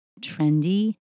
trendy